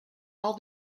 all